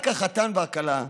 רק החתן והכלה,